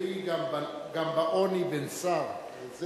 שיר שלנו, שיר בית"ר זה "עברי גם בעוני בן שר".